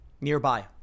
nearby